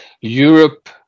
Europe